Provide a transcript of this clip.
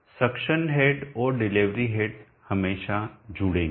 suction head और delivery head हमेशा जुड़ेंगे